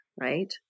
right